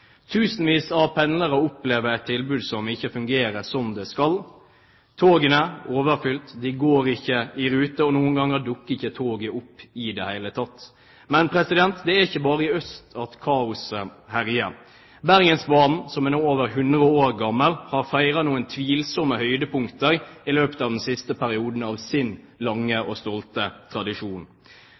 Tusenvis av pendlere opplever et tilbud som ikke fungerer som det skal. Togene er overfylte, de går ikke i rute, og noen ganger dukker ikke toget opp i det hele tatt. Men det er ikke bare i øst at kaoset herjer. Bergensbanen, som nå er over 100 år gammel, har feiret noen tvilsomme høydepunkter i løpet av den siste perioden av sin lange og stolte tradisjon.